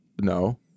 No